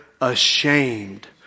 ashamed